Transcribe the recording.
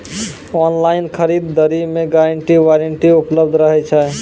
Online खरीद दरी मे गारंटी वारंटी उपलब्ध रहे छै?